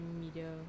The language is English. media